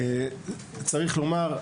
צריך לומר,